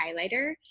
highlighter